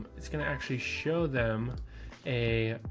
it's going to actually show them a,